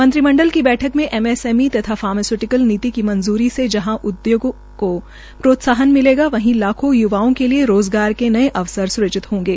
मंत्रिमंडल की बैठक में एमएसएमई तथा फार्मास्यूटिकल नीति को मंजूरी से जहां उदयोगों को प्रोत्साहन मिलेगा वहीं लाखों य्वाओं के लिये रोज़गर के नये अवसर सृजित होंगे